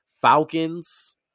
Falcons